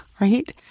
right